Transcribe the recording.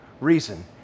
reason